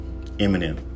Eminem